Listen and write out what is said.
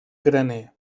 graner